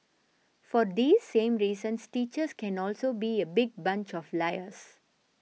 for these same reasons teachers can also be a big bunch of liars